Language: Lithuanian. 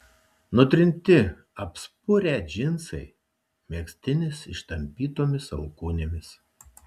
nutrinti apspurę džinsai megztinis ištampytomis alkūnėmis